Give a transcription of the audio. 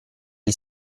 gli